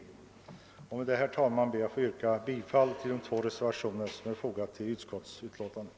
Med dessa ord, herr talman, ber jag att få yrka bifall till de två reservationer som är fogade till utskottsbetänkandet.